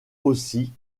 aussi